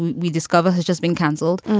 we discover, has just been cancelled.